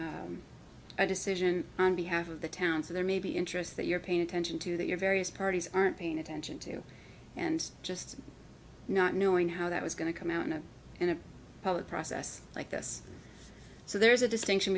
making a decision on behalf of the town so there may be interests that you're paying attention to that your various parties aren't paying attention to and just not knowing how that was going to come out in a in a public process like this so there's a distinction